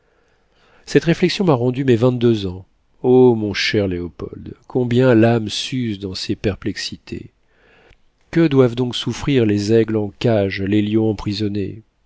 cette réflexion m'a rendu mes vingt-deux ans oh mon cher léopold combien l'âme s'use dans ces perplexités que doivent donc souffrir les aigles en cage les lions emprisonnés